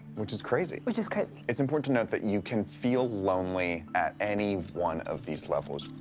which is crazy. which is crazy. it's important to note that you can feel lonely at any one of these levels.